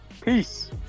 Peace